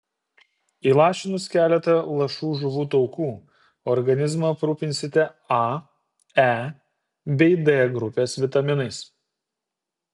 įlašinus keletą lašų žuvų taukų organizmą aprūpinsite a e bei d grupės vitaminais